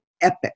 epic